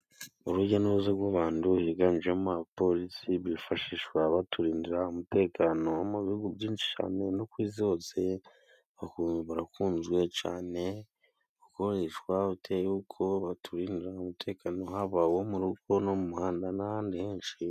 Urujya n'uruza rw'abantu higanjemo abapolisi bifashishwa baturindira umutekano wo mu bihugu byinshi cyane no ku isi barakunzwe cane gukoreshwa bitewe yuko baturindira umutekano haba mu rugo no mu muhanda n'ahandi henshi.